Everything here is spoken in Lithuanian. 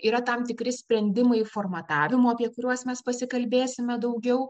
yra tam tikri sprendimai formatavimo apie kuriuos mes pasikalbėsime daugiau